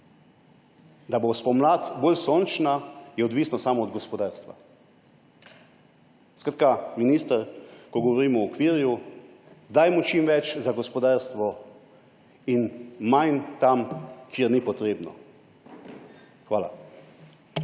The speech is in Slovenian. Da bo pomlad bolj sončna, je odvisno samo od gospodarstva. Skratka, minister, ko govorimo o okviru, dajmo čim več za gospodarstvo in manj tam, kjer ni potrebno. Hvala.